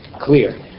clear